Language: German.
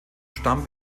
stamm